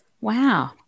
Wow